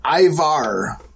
Ivar